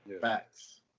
Facts